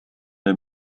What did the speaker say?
der